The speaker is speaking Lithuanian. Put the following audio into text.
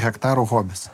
hektarų hobis